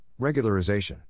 regularization